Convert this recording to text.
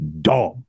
dumb